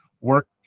work